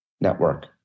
network